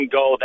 go